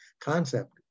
concept